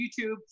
YouTube